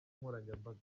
nkoranyambaga